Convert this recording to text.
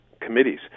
committees